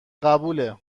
قبوله